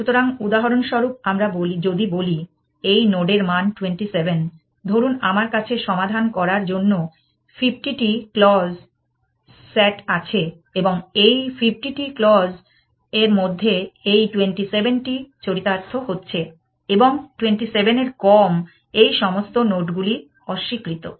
সুতরাং উদাহরণস্বরূপ আমরা যদি বলি এই নোডের মান 27 ধরুন আমার কাছে সমাধান করার জন্য 50 টি ক্লজ SAT আছে এবং এই 50 টি ক্লজ এর মধ্যে এই 27টি চরিতার্থ হচ্ছে এবং 27 এর কম এই সমস্ত নোডগুলি অস্বীকৃত